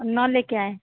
न लेकर आए